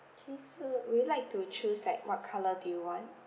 okay so would you like to choose like what color do you want